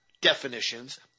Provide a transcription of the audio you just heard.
definitions